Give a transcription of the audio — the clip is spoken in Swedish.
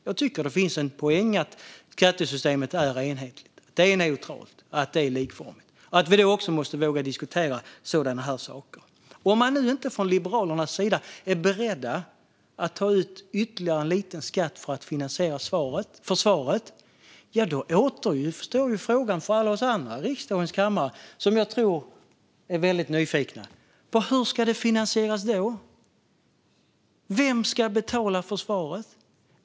Jag tycker att det finns en poäng i att skattesystemet är enhetligt, neutralt och likformigt och att vi därför måste våga diskutera sådana här saker. Om nu Liberalerna inte är beredda att ta ut ytterligare en liten skatt för att finansiera försvaret undrar alla vi andra i riksdagens kammare nyfiket: Hur ska det då finansieras? Vem ska betala för försvaret?